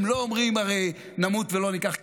הם לא אומרים הרי: נמות ולא ניקח קצבאות.